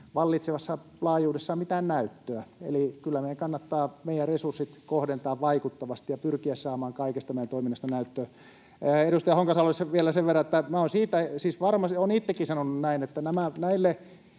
vallitsevassa laajuudessaan mitään näyttöä. Eli kyllä meidän kannattaa meidän resurssit kohdentaa vaikuttavasti ja pyrkiä saamaan kaikesta meidän toiminnasta näyttöä. Edustaja Honkasalolle vielä sen verran, että minä